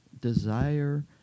desire